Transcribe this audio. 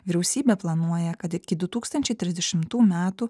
vyriausybė planuoja kad iki du tūkstančiai trisdešimtų metų